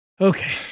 Okay